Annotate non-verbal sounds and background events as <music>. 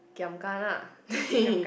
giam gana <laughs>